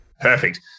Perfect